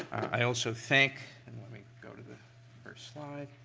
i also thank, and let me go to the first slide.